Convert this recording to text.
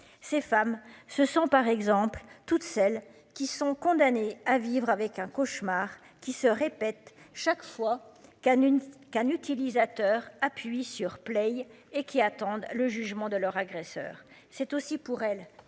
ces femmes se sont par exemple toutes celles qui sont condamnés à vivre avec un cauchemar qui se répète chaque fois qu'un une qu'un utilisateur appuie sur play et qui attendent le jugement de leur agresseur. C'est aussi pour elle